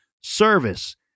service